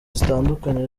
zitandukanye